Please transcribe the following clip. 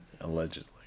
Allegedly